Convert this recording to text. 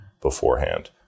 beforehand